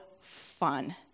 fun